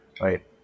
right